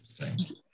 Interesting